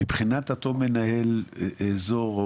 מבחינת אותו מנהל אזור,